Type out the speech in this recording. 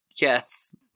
Yes